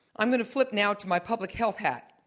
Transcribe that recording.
i'm going to flip now to my public health hat.